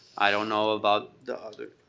i don't know about. the other?